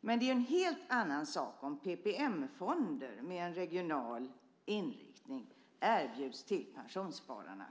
Men det är en helt annan sak om PPM-fonder med en regional inriktning erbjuds till pensionsspararna,